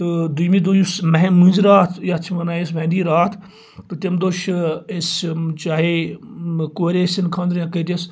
تہٕ دٔوٚیمِہ دۄہ یُس مِہم مأنزِراتھ یتھ چھ أسۍ یتھ مِہنٛدی راتھ تہٕ تمہِ دۄہ چھِ أسۍ چاہے کورِ ٲسِنۍ خانٛدَر یا کٔٹس